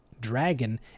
dragon